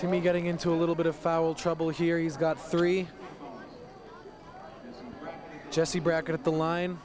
to me getting into a little bit of foul trouble here he's got three jesse back at the line